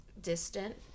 distant